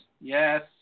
Yes